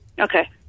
Okay